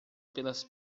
pelas